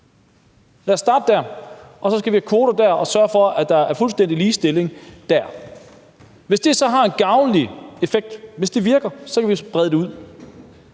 Lad os starte dér med at få kvoter dér og sørge for, at der er fuldstændig ligestilling dér. Hvis det så har en gavnlig effekt, hvis det virker, så kan vi jo sprede det ud.